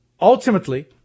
ultimately